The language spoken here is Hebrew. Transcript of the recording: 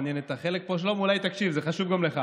תודה רבה.